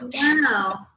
wow